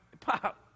pop